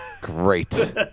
Great